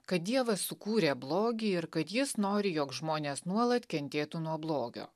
kad dievas sukūrė blogį ir kad jis nori jog žmonės nuolat kentėtų nuo blogio